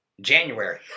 January